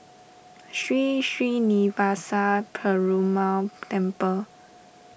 Sri Srinivasa Perumal Temple